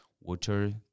water